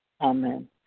Amen